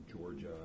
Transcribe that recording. Georgia